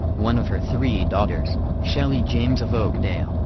one of her three daughters, shelly james of oakdale,